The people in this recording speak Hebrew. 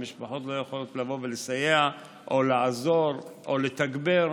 והמשפחות לא יכולות לבוא לסייע או לעזור או לתגבר,